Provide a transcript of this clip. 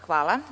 Hvala.